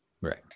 Right